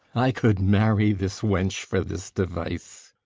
i could marry this wench for this device.